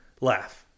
laugh